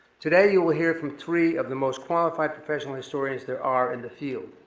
today you will hear from three of the most qualified professional historians there are in the field.